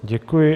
Děkuji.